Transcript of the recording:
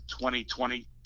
2020